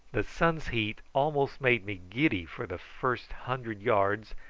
the sun's heat almost made me giddy for the first hundred yards,